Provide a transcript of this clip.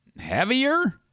heavier